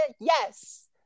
Yes